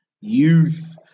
Youth